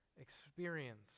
experience